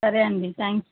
సరే అండి థాంక్స్